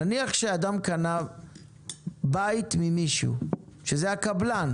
נניח שאדם קנה בית ממישהו, וזה הקבלן